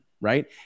right